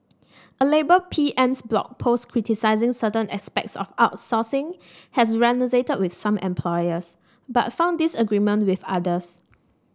a labour PM's Blog Post criticising certain aspects of outsourcing has resonated with some employers but found disagreement with others